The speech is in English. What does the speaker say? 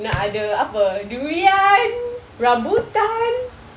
nak ada apa durian rambutan